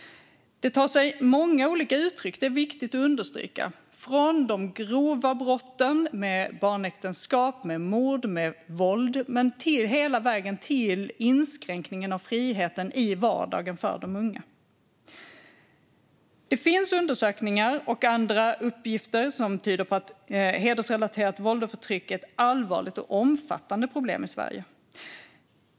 Det tar sig många olika uttryck, vilket är viktigt att understryka, från de grova brotten med barnäktenskap, mord och våld och hela vägen till inskränkningen av friheten i vardagen för de unga. Det finns undersökningar och andra uppgifter som visar på att hedersrelaterat våld och förtryck är ett allvarligt och omfattande problem i Sverige.